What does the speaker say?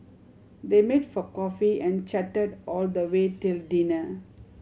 they meet for coffee and chatted all the way till dinner